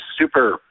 super